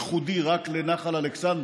בניגוד למנהג משרד האוצר.